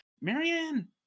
Marianne